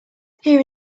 here